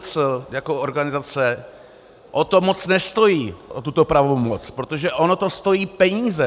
SŽDC jako organizace o to moc nestojí, o tuto pravomoc, protože ono to stojí peníze!